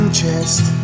chest